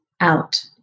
out